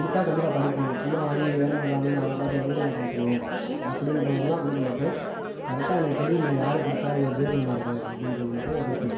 கொடுத்தா கண்டிப்பா படிப்பேன் சும்மா வாங்கி ஏனோ தானோனு அவங்க பாட்டுக்கு மூலையில் போட்டிருவேன் அப்படின்றவங்களுக்குலாம் கொடுக்க மாட்டேன் கரெக்டாக எனக்கு தெரியும்லை யாருக்கு கொடுத்தா அவங்களுக்கு பிரயோஜனமா இருக்கும் அப்படின்றவங்களுக்கு மட்டும் நான் கொடுப்பேன்